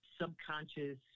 subconscious